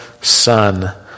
Son